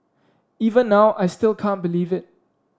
even now I still can't believe it